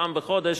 פעם בחודש,